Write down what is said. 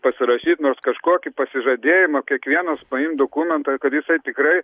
pasirašyt nors kažkokį pasižadėjimą kiekvienas paimt dokumentą kad jisai tikrai